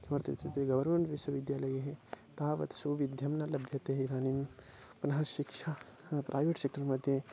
किमर्थमित्युक्ते गौर्मेण्ट् विश्वविद्यालये तावत् सौविध्यं न लभ्यते इदानीं पुनः शिक्षा प्रैवेट् सेक्टर् मध्ये